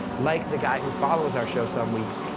like the guy who follows our show some weeks,